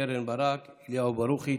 קרן ברק, אליהו ברוכי.